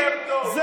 יותר טוב, מה לעשות?